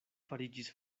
fariĝis